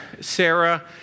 Sarah